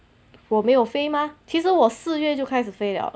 我没有飞 mah 其实我四月就开始飞 liao